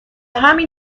همین